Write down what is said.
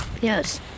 Yes